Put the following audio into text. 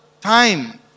time